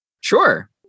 Sure